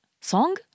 Song